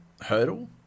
hurdle